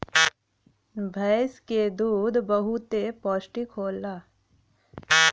भैंस क दूध बहुते पौष्टिक होला